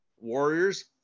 Warriors